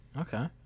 Okay